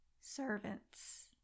servants